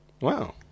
wow